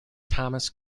thomas